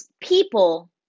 people